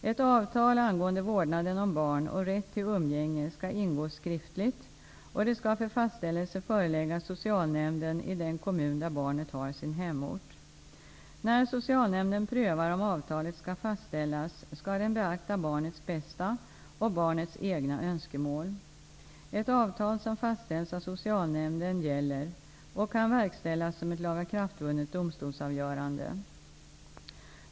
Ett avtal angående vårdnaden om barn och rätt till umgänge skall ingås skriftligt och det skall för fastställelse föreläggas socialnämnden i den kommun där barnet har sin hemort. När socialnämnden prövar om avtalet skall fastställas skall den beakta barnets bästa och barnets egna önskemål. Ett avtal som fastställs av socialnämnden gäller och kan verkställas såsom ett lagakraftvunnet domstolsavgörande.